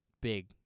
big